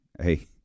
hey